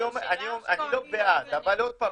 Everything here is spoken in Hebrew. אני לא בעד, אבל עוד פעם,